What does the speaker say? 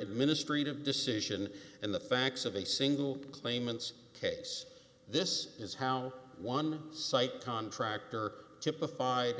administrative decision and the facts of a single claimants case this is how one site contractor typified